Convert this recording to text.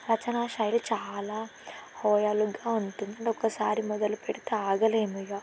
రచనా శైలి చాలా హోయాలుగా ఉంటుంది అంటే ఒకసారి మొదలు పెడితే ఆగలేము ఇక